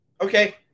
Okay